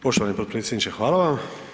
Poštovani potpredsjedniče, hvala vam.